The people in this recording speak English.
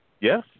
Yes